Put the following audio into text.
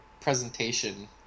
presentation